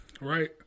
right